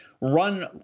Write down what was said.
run